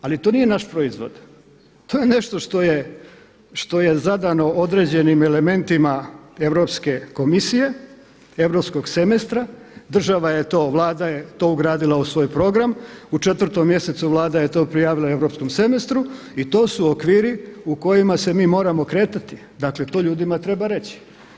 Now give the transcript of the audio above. Ali to nije naš proizvod, to je nešto što je zadano određenim elementima Europske komisije, europskog semestra, država je to, Vlada je to ugradila u svoj program, u 4. mjesecu Vlada je to prijavila europskom semestru i to su okviri u kojima se mi moramo kretati, dakle to ljudima treba reći.